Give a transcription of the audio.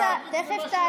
אזרחי ישראל, תכף תעלה.